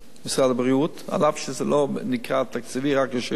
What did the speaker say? משרד הבריאות, אף שזה לא נקרא תקציבי, רק רשיון,